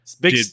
Big